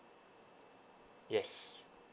yes